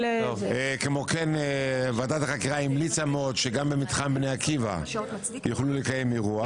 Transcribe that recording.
כמו כן ועדת החקירה המליצה מאוד שגם במתחם בני עקיבא יוכלו לקיים אירוע.